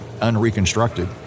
unreconstructed